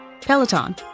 Peloton